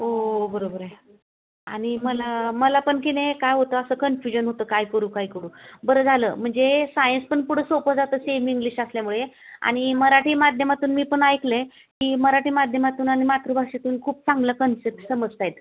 ओ बरोबर आहे आणि मला मला पण की नाही काय होतं असं कन्फ्युजन होतं काय करू काय करू बरं झालं म्हणजे सायन्स पण पुढं सोपं जातं सेमी इंग्लिश असल्यामुळे आणि मराठी माध्यमातून मी पण ऐकलं आहे की मराठी माध्यमातून आणि मातृभाषेतून खूप चांगलं कन्सेप्ट समजत आहेत